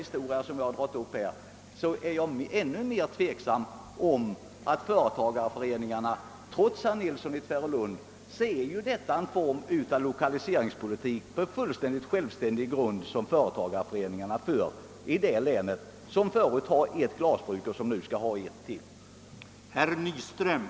Det fall som jag här förut åberopat gör också att jag är tveksam beträffande företagareföreningarnas <lokaliseringspolitiska uppgifter. Trots vad herr Nilsson i Tvärålund sagt gäller det i detta fall en form av helt självständig lokaliseringspolitik som en företagareförening bedrivit i ett län, där det redan finns ett glasbruk och där man nu skall få ytterligare ett sådant företag.